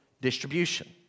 distribution